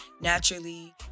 naturally